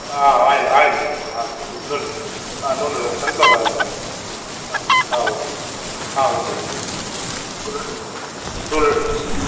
oil oil చెప్పండి oil నూని నూనె నూనె sunflower oil sir okay sir ఉంది ఉంది sir two litre two litres